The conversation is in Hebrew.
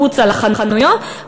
החוצה לחנויות,